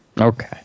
Okay